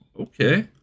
Okay